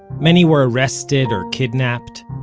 many were arrested or kidnapped.